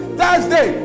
Thursday